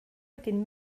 wedyn